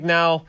now